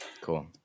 Cool